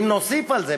אם נוסיף על זה,